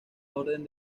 orden